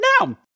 now